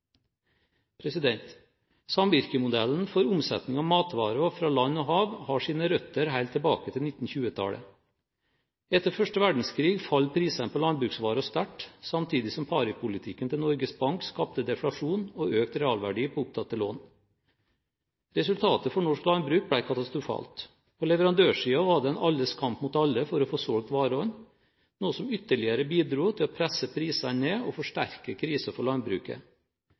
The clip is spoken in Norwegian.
bifalt. Samvirkemodellen for omsetning av matvarer fra land og hav har sine røtter helt tilbake til 1920-tallet. Etter første verdenskrig falt prisene på landbruksvarer sterkt, samtidig som paripolitikken til Norges Bank skapte deflasjon og økt realverdi på opptatte lån. Resultatet for norsk landbruk ble katastrofalt. På leverandørsiden var det en alles kamp mot alle for å få solgt varene, noe som ytterligere bidro til å presse prisene ned og forsterke krisen for landbruket.